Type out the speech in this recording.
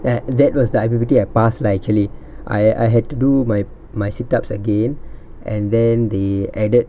a~ that was the I_P_P_T I passed lah actually I I had to do my my sit-ups again and then they added